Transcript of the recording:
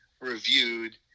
reviewed